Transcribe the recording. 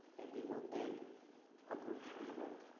and we will end hunger in america.